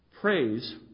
Praise